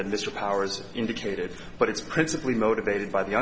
that mr powers indicated but it's principally motivated by the